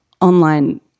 online